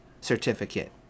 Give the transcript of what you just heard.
certificate